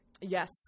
yes